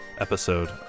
episode